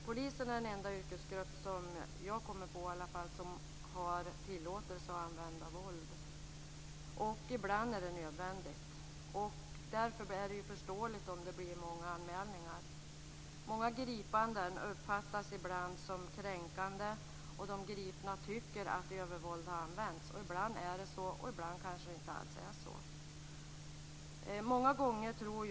Polisen är den enda yrkesgrupp som jag kommer på som har tillåtelse att använda våld. Ibland är det nödvändigt. Därför är det förståeligt om det blir många anmälningar. Många gripanden uppfattas ibland som kränkande, och de gripna tycker att övervåld har använts. Ibland är det så, och ibland kanske det inte alls är så.